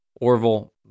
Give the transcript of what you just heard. Orville